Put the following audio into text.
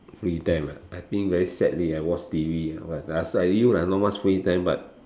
free time ah I think very sadly I watch T_V ya but is like you lah not much free time what